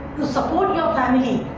to support your family